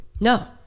No